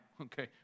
okay